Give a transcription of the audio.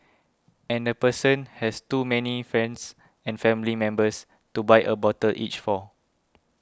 and the person has too many friends and family members to buy a bottle each for